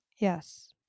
Yes